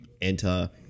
enter